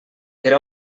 era